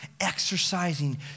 exercising